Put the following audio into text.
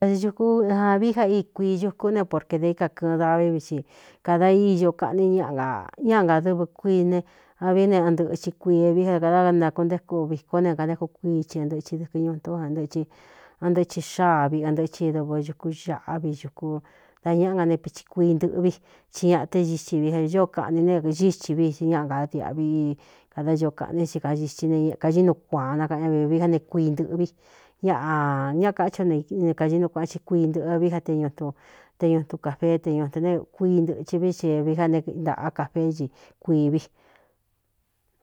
Ukú āvií ja íi kuii ñukú ne porke dā íkakɨ̄ɨn davi vi xi kāda íño kaꞌni ññáꞌa ngadɨvɨ kuiine a vií ne antɨchi kuiī vi ja da kādá naakuntéku vikó ne kantéku kuii chi antɨhɨ dɨkɨ ñuntó ntɨhi antɨɨthi xáa vii antɨɨchɨ i dovɨ ñukú xaꞌa vi xuku da ñaꞌa nga ne pithi kuii ntɨꞌvi ti ñaꞌa té xitsi vi añóo kaꞌni ne xíthi vii i ñaꞌa ga diꞌvi i kāda iñ kaꞌní xi kaiti ne ñkañí nu kuāan nakaꞌan ña viv vi já ne kuii ntɨꞌɨvi ñaꞌa ña káchi o nne kañí nu kuaꞌan i kuii ntɨꞌɨ vií ja te ñutun te ñutun kāfeé te ñuto ne kuíi ntɨchɨ vií xvií já ne ntaꞌa kafeé nchi kuiī vi.